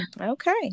Okay